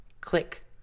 click